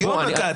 בוא רגע,